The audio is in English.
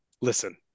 listen